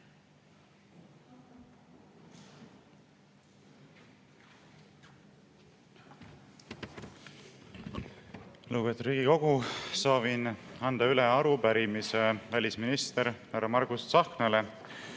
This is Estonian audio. Lugupeetud Riigikogu! Soovin anda üle arupärimise välisminister härra Margus Tsahknale